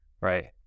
right